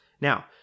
Now